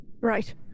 Right